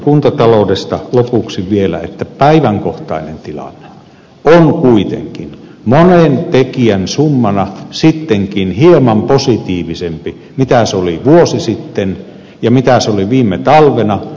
kuntataloudesta lopuksi vielä että päiväkohtainen tilanne on kuitenkin monen tekijän summana sittenkin hieman positiivisempi kuin se oli vuosi sitten ja mitä se oli viime talvena